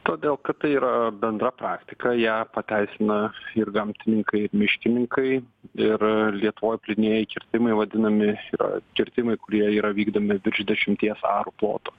todėl kad tai yra bendra praktika ją pateisina ir gamtininkai miškininkai ir lietuvoj plynieji kirtimai vadinami yra kirtimai kurie yra vykdomi virš dešimties arų ploto